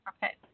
Okay